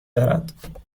دارد